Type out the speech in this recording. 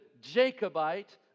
Jacobite